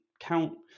count